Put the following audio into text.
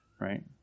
Right